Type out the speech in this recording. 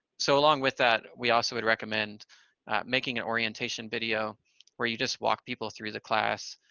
so along with that we also would recommend making an orientation video where you just walk people through the class.